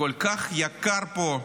כל כך יקר פה,